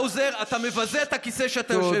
חבר הכנסת האוזר, אתה מבזה את הכיסא שאתה יושב בו.